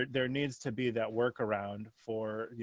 there needs to be that work around for, you